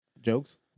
Jokes